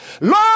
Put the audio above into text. Lord